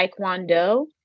Taekwondo